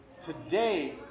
Today